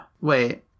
Wait